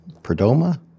Perdoma